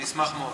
אני אשמח מאוד.